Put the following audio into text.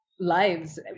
lives